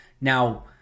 Now